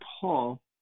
Paul